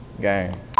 Gang